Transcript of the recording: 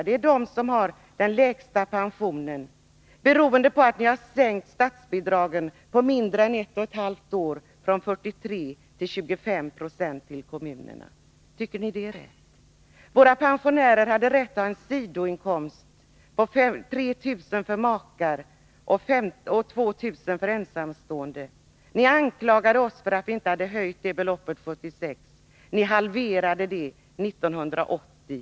Det gäller dem som har den lägsta pensionen. Orsaken är att ni på mindre än ett och ett halvt år har sänkt statsbidragen till kommunerna från 43 till 25 26. Tycker ni att det är rätt? Våra pensionärer hade rätt att ha en sidoinkomst på 3 000 kr. för makar och 2000 kr. för ensamstående. Ni anklagade oss för att vi inte hade höjt det beloppet 1976. Ni halverade det 1980.